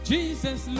Jesus